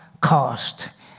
cost